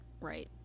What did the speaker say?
Right